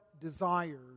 desires